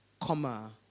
comma